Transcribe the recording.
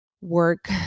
work